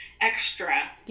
extra